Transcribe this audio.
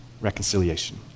Reconciliation